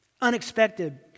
Unexpected